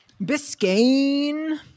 Biscayne